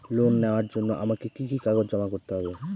Loan নেওয়ার জন্য আমাকে কি কি কাগজ জমা করতে হবে?